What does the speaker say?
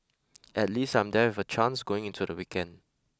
at least I'm there with a chance going into the weekend